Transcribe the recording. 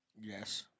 Yes